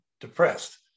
depressed